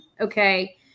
Okay